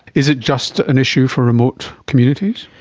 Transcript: is it just an issue for remote communities?